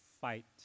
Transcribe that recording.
fight